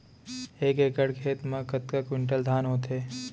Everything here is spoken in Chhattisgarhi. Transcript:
एक एकड़ खेत मा कतका क्विंटल धान होथे?